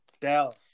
Dallas